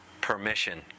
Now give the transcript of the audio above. permission